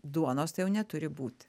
duonos tai jau neturi būti